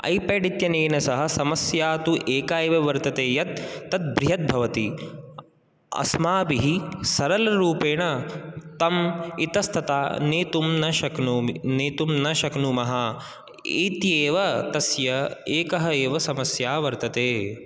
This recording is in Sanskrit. ऐ पेड् इत्यनेन सह समस्या तु एका एव वर्तते यत् तत् बृहत् भवति अस्माभिः सरलरूपेण तम् इतस्तता नेतुं न शक्नोमि नेतुं न शक्नुमः इती एव तस्य एकः एव समस्या वर्तते